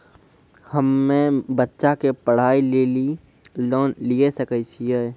हम्मे बच्चा के पढ़ाई लेली लोन लिये सकय छियै?